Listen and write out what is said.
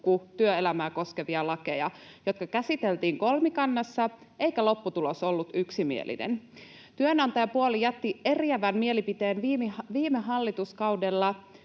työelämää koskevia lakeja, jotka käsiteltiin kolmikannassa eikä lopputulos ollut yksimielinen. Työnantajapuoli jätti eriävän mielipiteen viime hallituskaudella